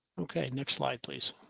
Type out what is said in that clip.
okay, next slide please.